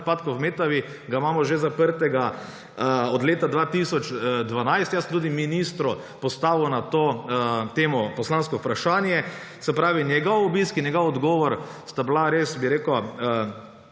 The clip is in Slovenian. v Metavi. Ga imamo že zaprtega od leta 2012. Jaz sem tudi ministru postavil na to temo poslansko vprašanje, se pravi, njegov obisk in njegov odgovor sta bila res, da rečem